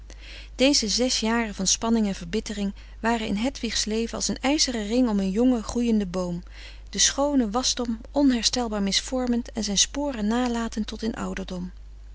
deze zes jaren van spanning en verbittering waren in hedwigs leven als een ijzeren ring om een jongen groeienden boom den schoonen wasdom onherstelbaar misvormend en zijn sporen nalatend tot in ouderdom